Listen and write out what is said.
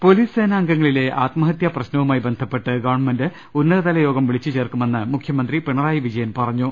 police സേനാംഗങ്ങളിലെ ആത്മഹത്യാ പ്രശ്നവുമായി ബന്ധപ്പെട്ട് ഗവൺമെന്റ് ഉന്നതതല യോഗം വിളിച്ചു ചേർക്കുമെന്ന് മുഖ്യമന്ത്രി പിണറായി വിജയൻ പറഞ്ഞു